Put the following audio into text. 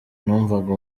numvaga